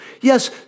Yes